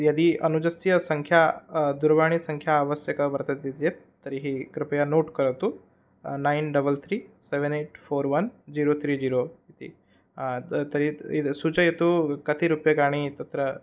यदि अनुजस्य सङ्ख्या दूरवाणी संङ्ख्या आवश्यकी वर्तते चेत् तर्हि कृपया नोट् करोतु nine double three seven eight four one zero three zero इति तर्हि इद् सूचयतु कति रूप्यकाणि तत्र